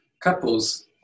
Couples